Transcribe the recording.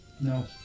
No